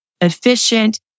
efficient